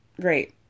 Great